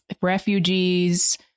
refugees